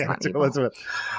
Elizabeth